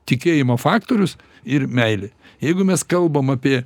tikėjimo faktorius ir meilė jeigu mes kalbam apie